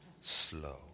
slow